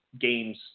games